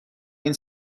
این